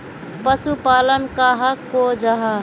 पशुपालन कहाक को जाहा?